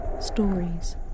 Stories